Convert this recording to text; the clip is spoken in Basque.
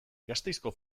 gasteizko